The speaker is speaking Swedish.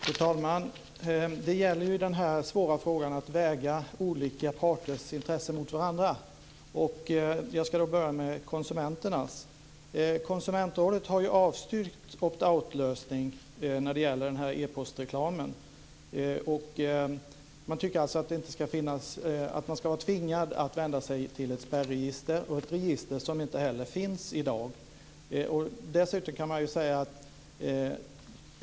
Fru talman! Det gäller i denna svåra fråga att väga olika parters intressen mot varandra. Jag ska då börja med konsumenternas intresse. Konsumentrådet har ju avstyrkt en opt out-lösning när det gäller e-postreklamen. De tycker alltså att man ska vara tvingad att vända sig till ett spärregister - ett register som inte finns i dag.